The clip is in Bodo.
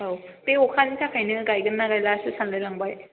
औ बे आखानि थाखायनो गायगोन ना गायला सो सानलाय लांबाय